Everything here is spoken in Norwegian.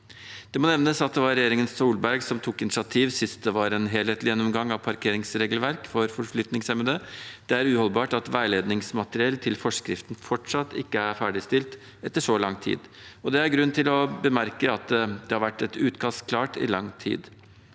Det må nevnes at det var regjeringen Solberg som tok initiativ sist det var en helhetlig gjennomgang av parkeringsregelverket for forflytningshemmede. Det er uholdbart at veiledningsmateriell til forskriften fortsatt ikke er ferdigstilt etter så lang tid, og det er grunn til å bemerke at det har vært et utkast klart i lang tid.